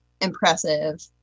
impressive